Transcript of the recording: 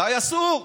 בוודאי אסור,